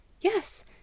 Yes